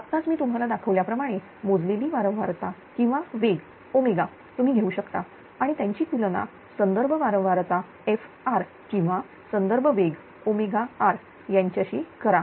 आत्ताच मी तुम्हाला दाखवल्याप्रमाणे मोजलेली वारंवारता किंवा वेग तुम्ही घेऊ शकता आणि याची तुलना संदर्भ वारंवारता Fr किंवा संदर्भ वेग r याच्याशी करा